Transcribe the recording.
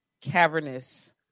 cavernous